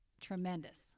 tremendous